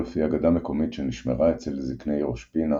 לפי אגדה מקומית שנשמרה אצל זקני ראש פינה,